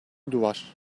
duvar